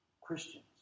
Christians